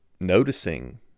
noticing